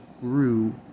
grew